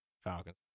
Falcons